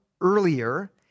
earlier